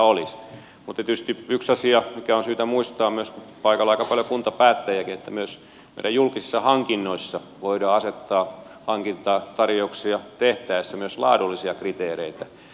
mutta tietysti yksi asia mikä on syytä muistaa paikalla on aika paljon kuntapäättäjiäkin on se että meidän julkisissa hankinnoissa voidaan asettaa hankintatarjouksia tehtäessä myös laadullisia kriteereitä